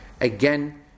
Again